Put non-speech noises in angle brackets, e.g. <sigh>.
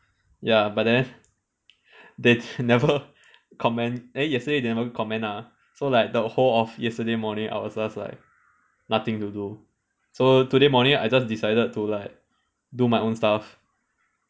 ya but then they never <laughs> comment eh yesterday they never comment ah so like the whole of yesterday morning I was just like nothing to do so today morning I just decided to like do my own stuff